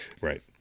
Right